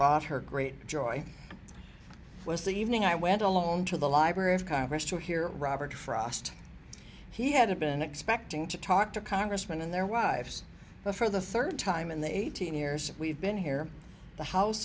bought her great joy it was the evening i went alone to the library of congress to hear robert frost he had been expecting to talk to congressman and their wives but for the third time in the eighteen years we've been here the house